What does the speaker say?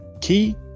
Key